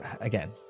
again